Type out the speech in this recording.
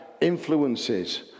influences